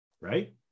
right